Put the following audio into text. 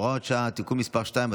הוראת שעה) (תיקון מס' 2),